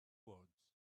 words